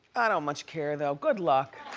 i don't much care though, good luck.